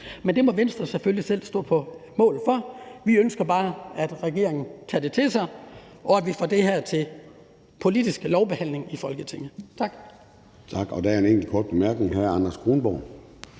Men det må Venstre selvfølgelig selv stå på mål for. Vi ønsker bare, at regeringen tager det til sig, og at vi får det her til politisk lovbehandling i Folketinget. Tak.